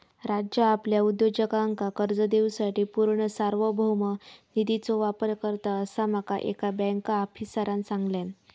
राज्य आपल्या उद्योजकांका कर्ज देवूसाठी पूर्ण सार्वभौम निधीचो वापर करता, असा माका एका बँक आफीसरांन सांगल्यान